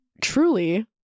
truly